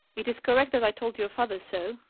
it is correct that i told your father so,